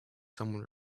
someone